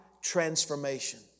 transformation